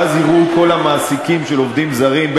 ואז יראו כל המעסיקים של עובדים זרים,